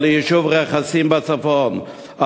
או ליישוב רכסים בצפון,